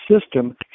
system